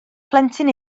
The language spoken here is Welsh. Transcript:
plentyn